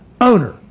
Owner